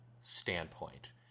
standpoint